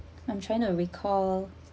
I'm trying to recall